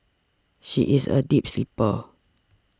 she is a deep sleeper